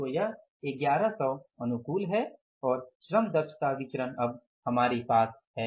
तो यह 1100 अनुकूल है और श्रम दक्षता विचरण अब हमारे पास है